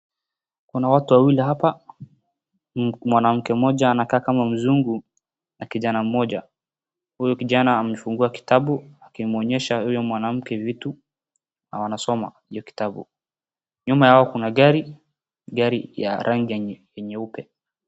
Kuna watu wawili hapa. Mwanamke mmoja anakaa kama mzungu na kijana mmoja. Huyu kijana amefungua kitabu akimuonyesha huyu mwanamke vitu na wanasoma hio kitabu. Nyuma yao kuna gari, gari ya rangi ya nyeupe.